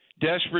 Desperate